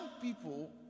people